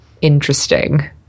interesting